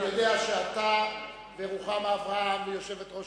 אני יודע שאתה ורוחמה אברהם ויושבת-ראש